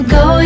go